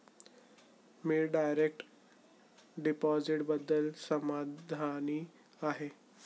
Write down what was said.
मी direct डिपॉझिटबद्दल समाधानी आहे